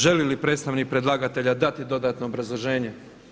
Želi li predstavnik predlagatelja dati dodatno obrazloženje?